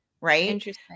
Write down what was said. Right